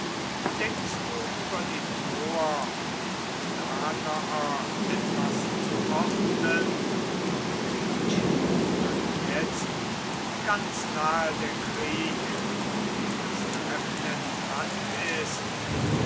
denkst du über die troer und danaer etwas zu ordnen welchen anjetzt ganz nahe der krieg und das treffen entbrannt ist